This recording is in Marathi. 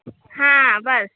हां बस